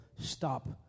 stop